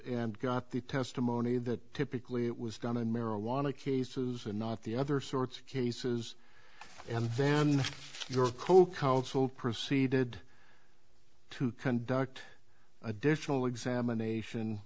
and got the testimony that typically it was done in marijuana cases and not the other sorts of cases and then co counsel proceeded to conduct additional examination